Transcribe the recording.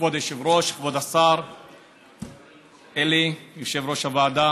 כבוד היושב-ראש, כבוד השר, אלי, יושב-ראש הוועדה,